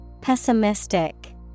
Pessimistic